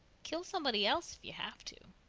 kill somebody else if you have to.